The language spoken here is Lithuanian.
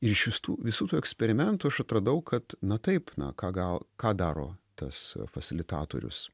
ir iš vis tų visų tų eksperimentų aš atradau kad na taip na ką gal ką daro tas fasilitatorius